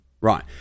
Right